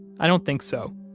i don't think so.